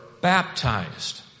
baptized